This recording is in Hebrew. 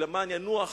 שלמען ינוח